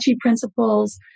principles